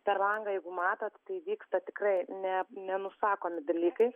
per langą jeigu matot tai vyksta tikrai ne nenusakomi dalykai